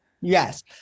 Yes